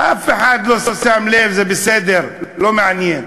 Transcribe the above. אף אחד לא שם לב, זה בסדר, לא מעניין.